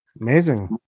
amazing